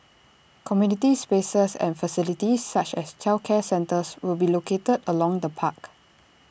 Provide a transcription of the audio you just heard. community spaces and facilities such as childcare centres will be located along the park